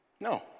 No